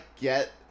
get